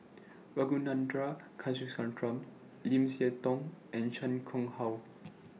Ragunathar Kanagasuntheram Lim Siah Tong and Chan Chang How